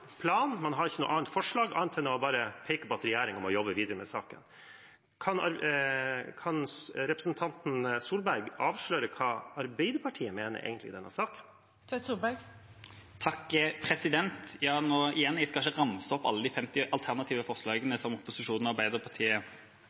plan, man har ikke noe annet forslag enn å peke på at regjeringen må jobbe videre med saken. Kan representanten Tvedt Solberg avsløre hva Arbeiderpartiet egentlig mener i denne saken? Igjen: Jeg skal ikke ramse opp alle de 50 alternative forslagene som opposisjonen og Arbeiderpartiet